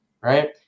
right